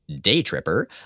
day-tripper